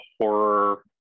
horror